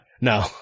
no